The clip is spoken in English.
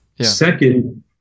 Second